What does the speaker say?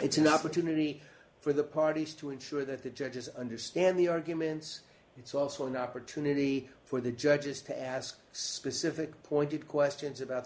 it's an opportunity for the parties to ensure that the judges understand the arguments it's also an opportunity for the judges to ask specific pointed questions about